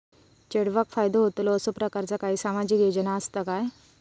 चेडवाक फायदो होतलो असो प्रकारचा काही सामाजिक योजना असात काय?